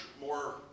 more